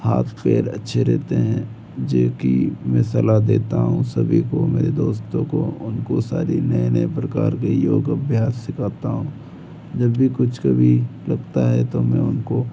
हाथ पैर अच्छे रहते हैं जो कि मैं सलाह देता हूँ सभी को मेरे दोस्तों को उनको सारी नए नए प्रकार के योग अभ्यास सिखाता हूँ जब भी कुछ कभी लगता है तो मैं उनको